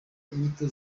inyito